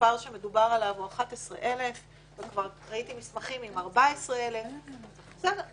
המספר שמדובר עליו הוא 11,000. כבר ראיתי מסמכים עם 14,000. בסדר,